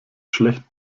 schlecht